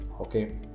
okay